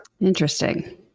Interesting